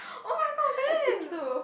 oh-my-god van